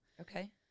Okay